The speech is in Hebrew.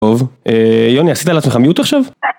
טוב. יוני, עשית על עצמך מיוט עכשיו?